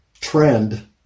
trend